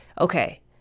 Okay